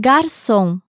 Garçom